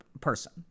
person